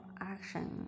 action